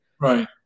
Right